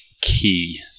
key